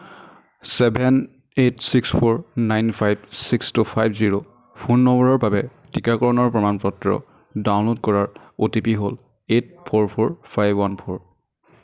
seven eight six four nine five six two five zero phone নম্বৰৰ বাবে টীকাকৰণৰ প্ৰমাণ পত্ৰ ডাউনল'ড কৰাৰ অ' টি পি হ'ল eight four four five one four